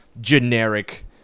Generic